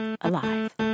alive